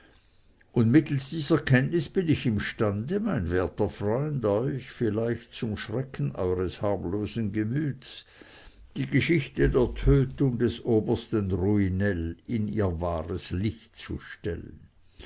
und mittelst dieser kenntnis bin ich imstande mein werter freund euch vielleicht zum schrecken eures harmlosen gemüts die geschichte der tötung des obersten ruinell in ihr wahres licht zu stellen